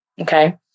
Okay